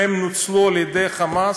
והם נוצלו על ידי "חמאס"